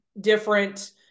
different